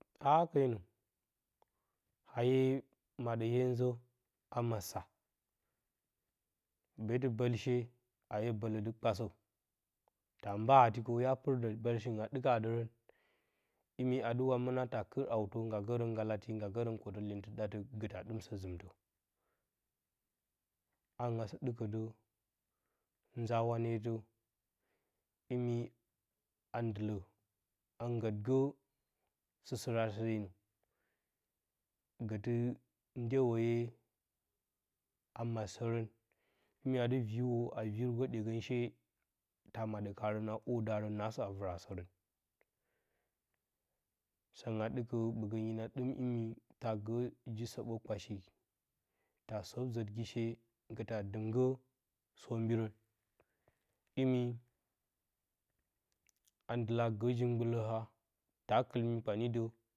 Haa hakenə a hye maɗə hye nzə a matsa, beetɨ bəlshe, a hye bə-lə dɨ kpasə ta mba'a ti kou ya pɨ rdə bəlshingɨn a ɗɨkadərə, imi a dɨwa mɨna tn kɨɨ hawtə, ngga gərən nggalati ngga gərən kotə iyenɨɨ ɗatə gə ta ɗɨm sɨzɨmitə. Haangɨn a sɨ ɗɨkədaplus nzaa wanetə imi a ndɨlə a nggət gə sɨ stratɨ deinə, gətɨ ndeweye a matsərən imi a dɨ virwe, a virgə ɗyegənshe ta maɗə karən a hwo darə naasə a vɨrasərə səngɨn a ɗɨkə ɓəgə hina ɗɨ imi ta gə ji soɓo kpashi ta sob zərgi shee gə ta dɨmgə shombirən imi a ndɨlə a gəji mgbɨləha, ta kɨl mi kpani də.